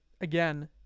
again